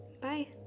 bye